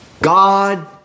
God